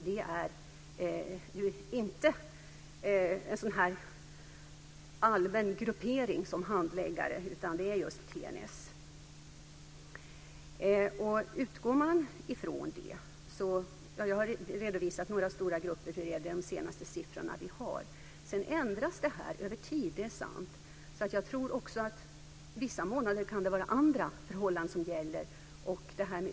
Det är inte en sådan allmän gruppering som handläggare utan det är just TNS. Med den utgångspunkten har jag redovisat de senaste siffrorna vi har för några stora grupper. Sedan ändras detta över tiden. Det är sant. Därför tror jag också att det kan vara andra förhållanden som gäller vissa månader.